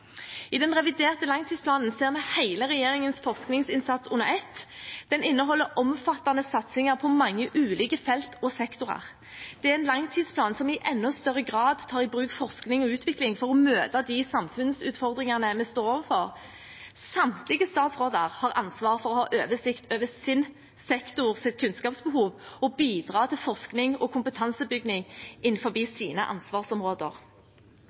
I den reviderte langtidsplanen ser vi hele regjeringens forskningsinnsats under ett. Den inneholder omfattende satsinger på mange ulike felt og sektorer. Det er en langtidsplan som i enda større grad tar i bruk forskning og utvikling for å møte de samfunnsutfordringene vi står overfor. Samtlige statsråder har ansvar for å ha oversikt over sin sektors kunnskapsbehov og bidra til forskning og kompetanseoppbygging innenfor sine ansvarsområder.